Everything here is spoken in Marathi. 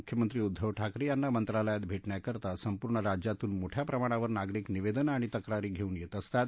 मुख्यमंत्री उद्दव ठाकरे यांना मंत्रालयात भेटण्याकरता संपूर्ण राज्यातून मोठ्या प्रमाणावर नागरिक निवेदनं आणि तक्रारी घेऊन येत असतात